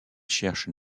cherchent